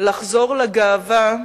לחזור לגאווה,